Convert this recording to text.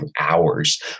hours